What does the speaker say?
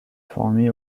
formé